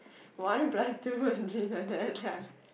one plus two